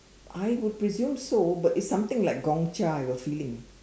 I would presume so but it's something like Gong Cha I have a feeling